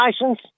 license